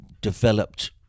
developed